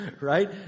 Right